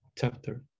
chapter